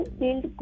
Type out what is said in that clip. build